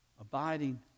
abiding